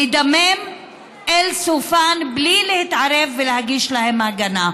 לדמם אל סופן בלי להתערב ולהגיש להן הגנה.